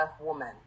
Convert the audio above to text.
woman